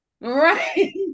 Right